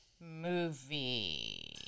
movie